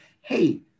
hey